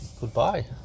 goodbye